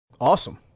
Awesome